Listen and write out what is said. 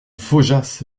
faujas